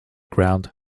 ground